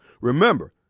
Remember